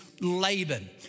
Laban